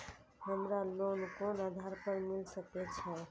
हमरा लोन कोन आधार पर मिल सके छे?